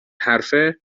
حرفه